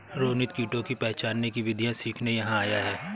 रोनित कीटों को पहचानने की विधियाँ सीखने यहाँ आया है